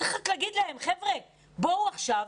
צריך רק להגיד להם: בואו עכשיו,